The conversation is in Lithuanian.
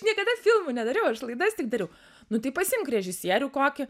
niekada filmų nedariau aš laidas tik dariau nu tai pasiimk režisierių kokį